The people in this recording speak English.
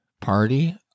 party